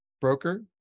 broker